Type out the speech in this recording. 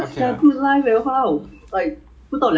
err enlisting date 是 first week of July mah that's the usual intake